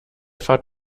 fahrt